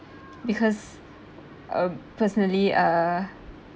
because um personally uh